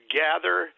gather